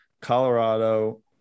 colorado